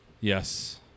Yes